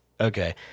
okay